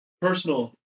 personal